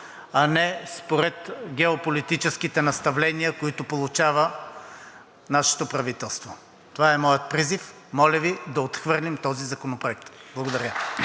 а не според геополитическите наставления, които получава нашето правителство. Това е моят призив. Моля Ви да отхвърлим този законопроект.